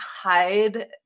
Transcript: hide